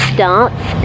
Starts